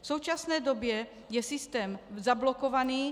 V současné době je systém zablokovaný.